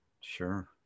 Sure